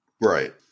Right